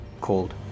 called